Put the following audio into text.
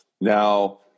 Now